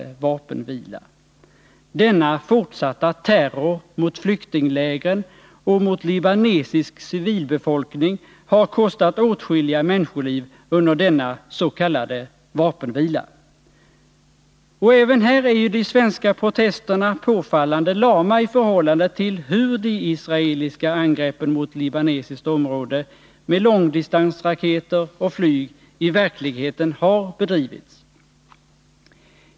vapenvila. Denna fortsatta terror mot flyktinglägren och mot libanesisk civilbefolkning har kostat ; åtskilliga människoliv under denna s.k. vapenvila. Även här är de svenska protesterna påfallande lama i förhållande till hur de israeliska angreppen mot libanesiskt område med långdistansraketer och flyg i verkligheten har bedrivits.